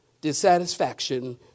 dissatisfaction